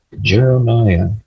Jeremiah